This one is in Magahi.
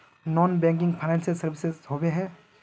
नॉन बैंकिंग फाइनेंशियल सर्विसेज होबे है?